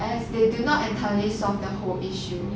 as they do not entirely solved the whole issue